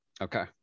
Okay